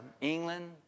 England